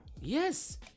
Yes